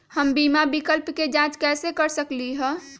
हम बीमा विकल्प के जाँच कैसे कर सकली ह?